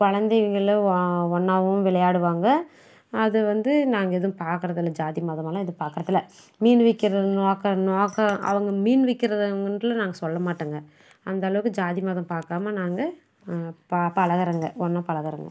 கொழந்தைகள ஒ ஒன்றாவும் விளையாடுவாங்க அது வந்து நாங்கள் எதுவும் பார்க்கறதில்ல ஜாதி மதமெல்லாம் எதுவும் பார்க்கறதில்ல மீன் விற்கிறன்னாக்கனாக்க அவங்க மீன் விற்கிறவங்கன்ட்டு நாங்கள் சொல்ல மாட்டேங்க அந்த அளவுக்கு ஜாதி மதம் பார்க்காம நாங்கள் ப பழகுறங்க ஒன்றா பழகுறங்க